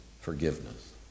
forgiveness